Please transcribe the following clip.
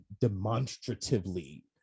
demonstratively